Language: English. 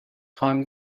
time